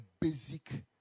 basic